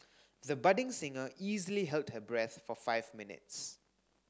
the budding singer easily held her breath for five minutes